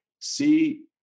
See